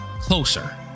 closer